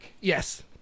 Yes